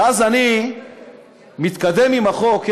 ואז אני מתקדם עם החוק,